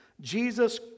Jesus